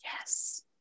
Yes